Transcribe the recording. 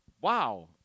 Wow